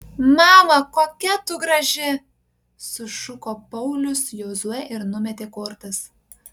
mama kokia tu graži sušuko paulius jozuė ir numetė kortas